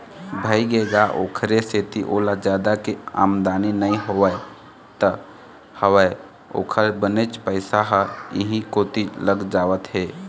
भइगे गा ओखरे सेती ओला जादा के आमदानी नइ होवत हवय ओखर बनेच पइसा ह इहीं कोती लग जावत हे